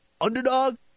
underdog